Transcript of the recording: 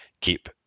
keep